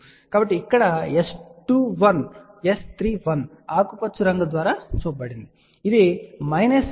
కాబట్టి ఇక్కడ S21 S31 ఆకుపచ్చ రంగు ద్వారా చూపబడింది ఇది 3